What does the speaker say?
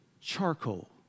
Charcoal